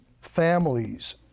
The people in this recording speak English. families